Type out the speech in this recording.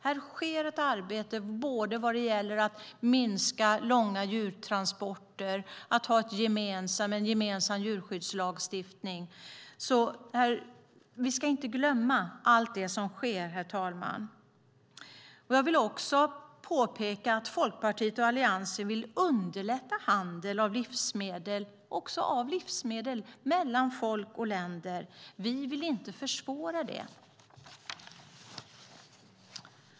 Här sker ett arbete för att minska långa djurtransporter och skapa en gemensam djurskyddslagstiftning. Vi ska inte glömma allt som sker, herr talman. Jag vill också påpeka att Folkpartiet och Alliansen vill underlätta handel av livsmedel mellan folk och länder. Vi vill inte försvåra handeln.